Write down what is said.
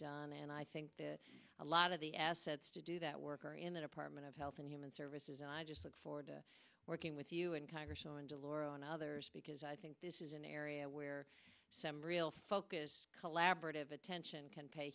done and i think that a lot of the assets to do that work are in the department of health and human services and i just look forward to working with you and congresswoman de lauro and others because i think this is an area where some real focus collaborative